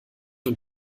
und